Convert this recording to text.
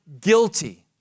guilty